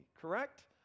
correct